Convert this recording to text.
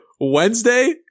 Wednesday